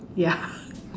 ya